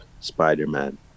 Spider-Man